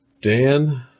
dan